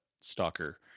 stalker